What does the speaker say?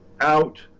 out